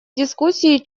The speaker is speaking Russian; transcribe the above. дискуссии